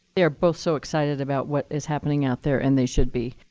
they are both so excited about what is happening out there and they should be.